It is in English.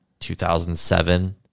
2007